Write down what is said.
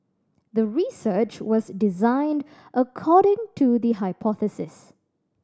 the research was designed according to the hypothesis